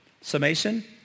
summation